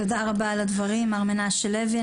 תודה רבה על הדברים, מר מנשה לוי.